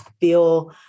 feel